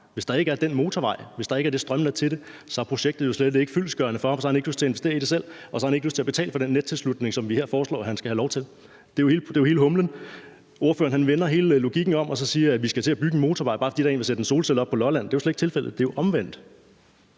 Hvis der ikke er den motorvej, hvis der ikke er det strømnet til det, er projektet slet ikke fyldestgørende for ham, og så har han ikke lyst til at investere i det selv, og så har han ikke lyst til at betale for den nettilslutning, som vi her foreslår han skal have lov til at have. Det er jo hele humlen i det. Ordføreren vender logikken om og siger, at vi skal til at bygge en motorvej, bare fordi der er en, der sætter en solcelle op på Lolland. Det er jo slet ikke tilfældet; det er omvendt.